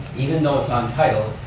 even though it's on title,